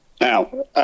Now